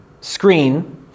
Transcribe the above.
screen